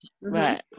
Right